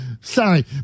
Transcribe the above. Sorry